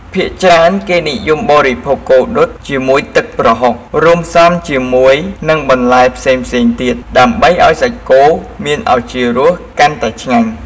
ភាគច្រើន គេនិយមបរិភោគគោដុតជាមួយទឹកប្រហុក រួមផ្សំជាមួយនឹងបន្លែផ្សេងៗទៀត ដើម្បីឱ្យសាច់គោមានឱជារសកាន់តែឆ្ងាញ់។